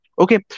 Okay